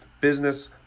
business